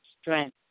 strength